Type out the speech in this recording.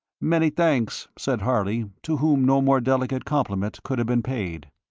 many thanks, said harley, to whom no more delicate compliment could have been paid.